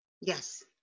yes